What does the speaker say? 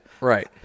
Right